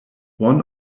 one